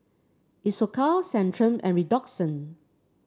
Isocal Centrum and Redoxon